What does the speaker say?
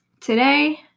today